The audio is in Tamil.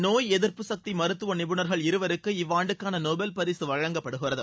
நோய் எதிர்ப்பு சக்தி மருத்துவ நிபுணர்கள் இருவருக்கு இவ்வாண்டுக்கான நோபல் பரிசு வழங்கப்படுகிறது